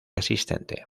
asistente